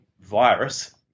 virus